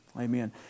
Amen